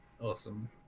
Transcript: awesome